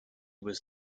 was